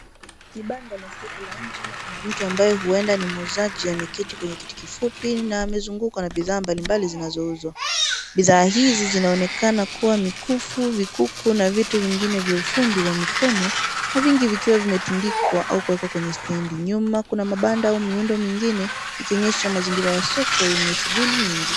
Ni banda la soko nje kna una mtu ambaye huenda ni muuzaji ambaye ameketi kwenye kiti kifupi na amezungukwa na bidhaa mbali mbali zinazouzwa. Bidhaa hizi huonekana kuwa mikufu vikuku na vitu vengine vya ufundi kwa mikono na vingi vikiwa vimetundikwa au kuwekwa kwenye stendi. Nyuma ya kuna mabanda au miundo mingine ikionyesha mazingira ya soko yenye shughuli nyingi.